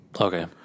Okay